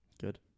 Good